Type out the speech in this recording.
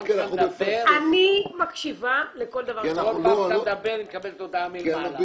אנחנו מאבדים את הדיון הזה.